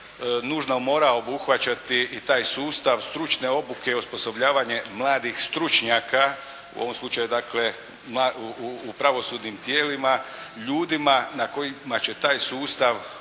nužno mora obuhvaćati i taj sustav stručne obuke i osposobljavanje mladih stručnjaka u ovom slučaju dakle u pravosudnim tijelima, ljudima na kojima će taj sustav u